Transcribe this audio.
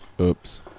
Oops